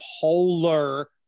polar